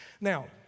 Now